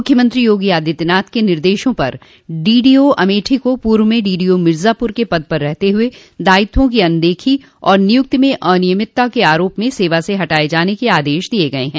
मुख्यमंत्री योगी आदित्यनाथ के निर्देशों पर डीडीओ अमेठी को पूर्व में डीडीओ मिर्जापुर के पद पर रहते हुए दायित्वों की अनदेखी और नियुक्ति में अनियमितता के आरोप में सेवा से हटाये जाने के आदेश दिये हैं